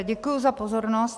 Děkuji za pozornost.